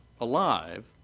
alive